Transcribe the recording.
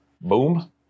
Boom